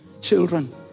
children